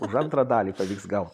už antrą dalį pavyks gal